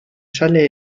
sale